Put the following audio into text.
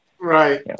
Right